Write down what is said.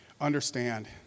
understand